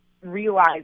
realize